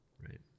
right